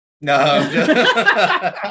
No